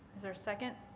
there a second?